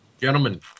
Gentlemen